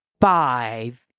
five